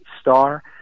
star